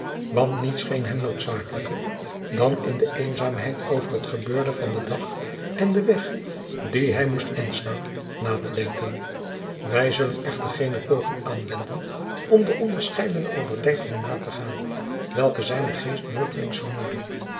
want niets scheen hem noodzakelijker dan in de eenzaamheid over het gebeurde van den dag en den weg dien hij moest inslaan na te denken wij zullen echter geene poging aanwenden om de onderscheidene overdenkingen na te gaan welke zijnen geest beurtelings vermoeiden